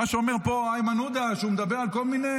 איימן עודה פתאום אומר,